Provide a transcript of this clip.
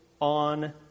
on